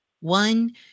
one